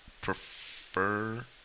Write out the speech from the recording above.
prefer